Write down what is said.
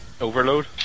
Overload